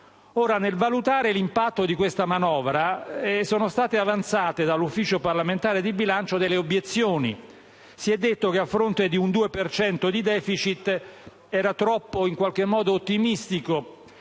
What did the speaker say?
Nel valutare l'impatto di questa manovra, sono state avanzate dall'Ufficio parlamentare di bilancio delle obiezioni. Si è detto che, a fronte del 2 per cento di *deficit*, era troppo ottimistico